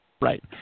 right